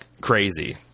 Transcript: crazy